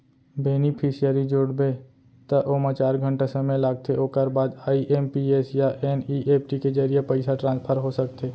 beneficiary जोड़बे त ओमा चार घंटा समे लागथे ओकर बाद आइ.एम.पी.एस या एन.इ.एफ.टी के जरिए पइसा ट्रांसफर हो सकथे